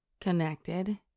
connected